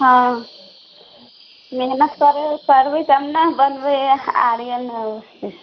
हँ मेहनत करबै तब ने बनबै आर्यन